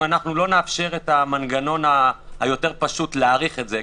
אם לא נאפשר את המנגנון היותר פשוט להאריך את זה,